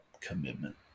commitment